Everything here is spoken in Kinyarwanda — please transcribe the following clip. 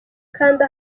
kanda